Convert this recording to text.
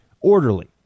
orderly